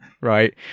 right